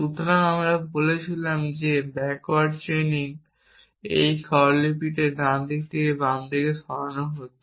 সুতরাং আমরা বলেছিলাম ব্যাকওয়ার্ড চেইনিং এই স্বরলিপিতে ডান থেকে বামে সরানো হচ্ছে